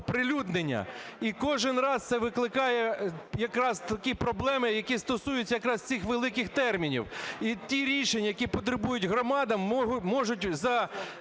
оприлюднення. І кожен раз це викликає якраз такі проблеми, які стосуються якраз цих великих термінів. І ті рішення, які потребують громади, можуть